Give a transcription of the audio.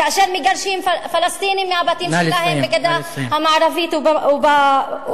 כאשר מגרשים פלסטינים מהבתים שלהם בגדה המערבית ובירושלים?